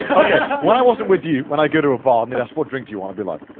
okay. when i wasn't with you, when i'd go to a bar and they asked, what drink do you want? i'd be like,